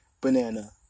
banana